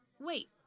Wait